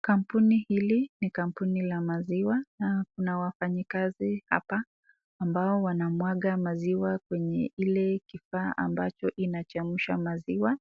Kampuni hili ni kampuni la maziwa na kuna wafanyikazi hapa ambao wanamwaga maziwa kwenye ile kifaa ambacho inachemsha maziwa,